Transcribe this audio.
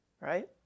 right